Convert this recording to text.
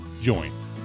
join